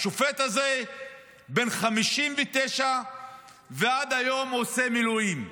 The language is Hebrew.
השופט הזה בן 59 ועד היום עושה מילואים,